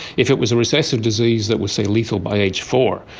if it was a recessive disease that was, say, lethal by age four,